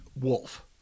wolf